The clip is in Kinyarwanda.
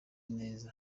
neza